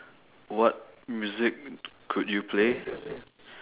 what music could you play